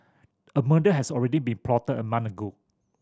a murder has already been plotted a month ago